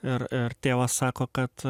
ir ir tėvas sako kad